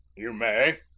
you may.